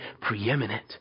preeminent